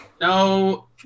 No